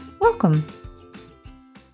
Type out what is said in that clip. Welcome